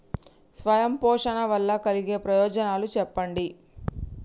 స్వయం పోషణ వల్ల కలిగే ప్రయోజనాలు చెప్పండి?